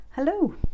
Hello